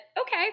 okay